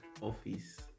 office